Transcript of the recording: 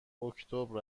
اکتبر